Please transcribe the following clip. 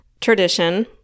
tradition